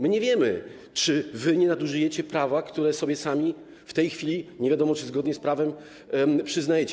My nie wiemy, czy wy nie nadużyjecie prawa, które sobie sami w tej chwili, nie wiadomo czy zgodnie z prawem, przyznajecie.